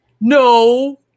no